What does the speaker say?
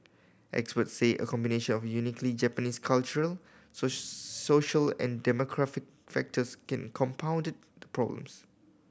experts say a combination of uniquely Japanese cultural so social and demographic factors can compounded the problems